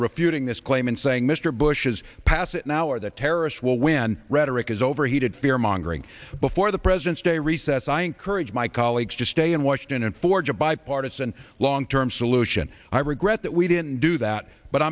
refuting this claim and saying mr bush's pass it now or the terrorists will win rhetoric is overheated fear mongering before the president's day recess i encourage my colleagues to stay in washington and forge a bipartisan long term solution i regret that we didn't do that but